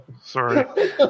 Sorry